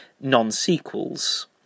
non-sequels